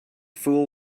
fool